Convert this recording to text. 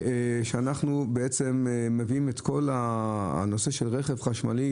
אנחנו מביאים את כל הנושא של רכב חשמלי,